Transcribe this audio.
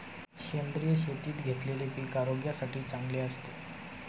सेंद्रिय शेतीत घेतलेले पीक आरोग्यासाठी चांगले असते